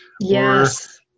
Yes